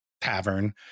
tavern